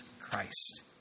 Christ